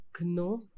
No